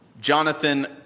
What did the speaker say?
Jonathan